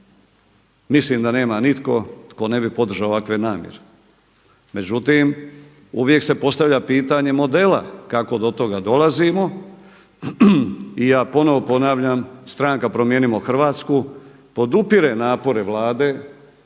mislim da nema nitko tko ne bi podržao ovakve namjere. Međutim, uvijek se postavlja pitanje modela kako do toga dolazimo i ja ponovo ponavljam stranka Promijenimo Hrvatsku podupire napore Vlade